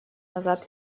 назад